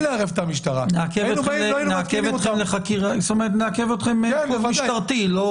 לערב את המשטרה --- נעכב אתכם הכוונה משטרתי לא